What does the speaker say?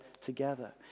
together